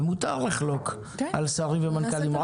ומותר לחלוק על שרים ומנכ"לים,